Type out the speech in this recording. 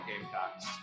Gamecocks